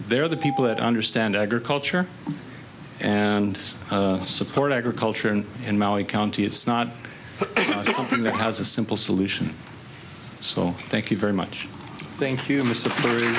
there the people that understand agriculture and support agriculture in maui county it's not something that has a simple solution so thank you very much thank you